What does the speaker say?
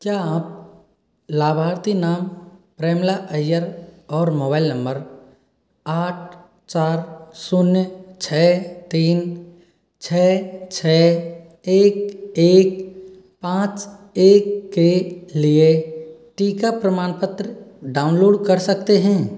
क्या आप लाभार्थी नाम प्रेमिला अइयर और मोबाइल नंबर आठ चार शून्य छः तीन छः छः एक एक पाँच एक के लिए टीका प्रमाणपत्र डाउनलोड कर सकते हैं